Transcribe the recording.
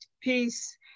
peace